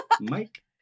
Mike